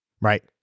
Right